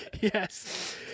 Yes